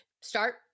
start